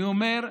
אני אומר,